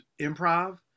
improv